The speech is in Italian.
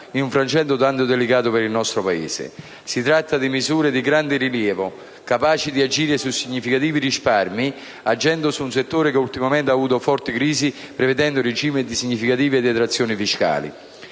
un frangente tanto delicato per il nostro Paese. Si tratta di misure di grande rilievo, capaci di agire su significativi risparmi, intervenendo su un settore che ultimamente ha conosciuto forti crisi, prevedendo un regime di significative detrazioni fiscali.